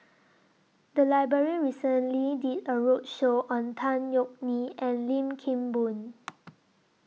The Library recently did A roadshow on Tan Yeok Nee and Lim Kim Boon